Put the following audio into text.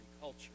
culture